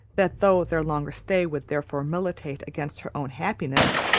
that though their longer stay would therefore militate against her own happiness,